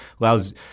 allows